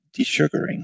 desugaring